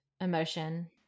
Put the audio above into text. emotion